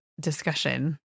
discussion